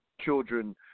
children